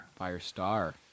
Firestar